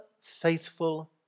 faithful